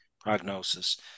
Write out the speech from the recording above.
prognosis